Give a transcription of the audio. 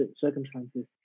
circumstances